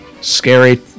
Scary